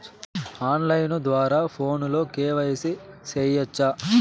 on line ద్వారా ఫోనులో KYC సేయొచ్చా